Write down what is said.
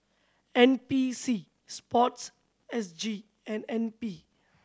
N P C Sport S G and N P